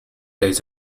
days